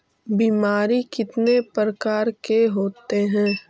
बीमारी कितने प्रकार के होते हैं?